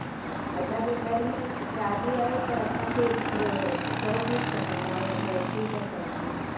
अछा असांजे घर में शादी आहे त असांखे सौ पीस खपंदा हुया शर्ट पीस ऐं पैंट पीस